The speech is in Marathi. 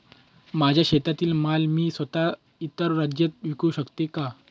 माझ्या शेतातील माल मी स्वत: इतर राज्यात विकू शकते का?